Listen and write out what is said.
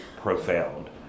profound